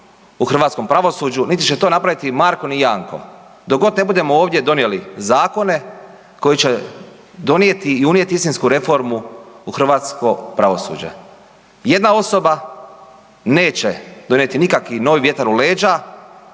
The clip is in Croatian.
u hrvatskom pravosuđu niti će to napraviti Marko ni Janko dok god ne budemo ovdje donijeli zakone koji će donijeti i unijeti istinsku reformu u hrvatsko pravosuđe. Jedna osoba neće donijeti nikakav novi vjetar u leđa